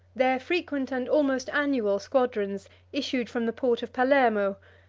their frequent and almost annual squadrons issued from the port of palermo,